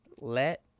Let